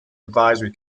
advisory